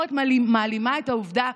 התקשורת מעלימה את העובדה,